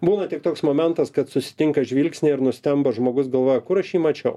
būna tik toks momentas kad susitinka žvilgsniai ir nustemba žmogus galvoja kur aš jį mačiau